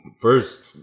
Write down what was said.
first